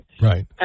Right